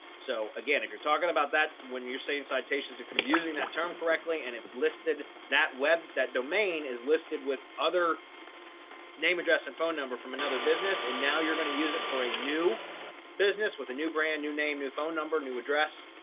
so again, if you're talking about that, when you're saying citations, if you're using that term correctly, and it's listed that web, that domain is listed with other name, address and phone number from another business, and now you're going to use it for a new business with a new brand new name, new phone number, new address,